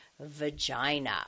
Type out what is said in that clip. vagina